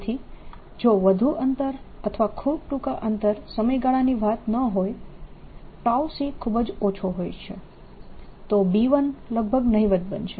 તેથી જો વધુ અંતર અથવા ખૂબ ટૂંકા સમયગાળાની વાત ન હોય c ખૂબ જ ઓછો હોય છે તો B1 લગભગ નહિવત્ બનશે